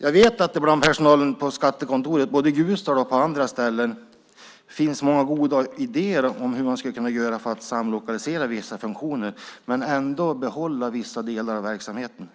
Jag vet att det bland personalen på skattekontoret både i Ljusdal och på andra ställen finns många goda idéer om hur man skulle kunna samlokalisera vissa funktioner men ändå behålla vissa delar av verksamheten,